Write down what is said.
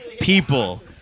people